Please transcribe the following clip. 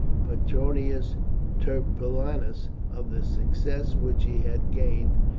petronius turpillianus, of the success which he had gained,